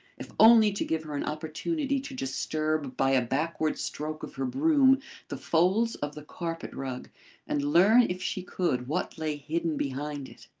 if only to give her an opportunity to disturb by a backward stroke of her broom the folds of the carpet-rug and learn if she could what lay hidden behind it.